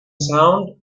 sound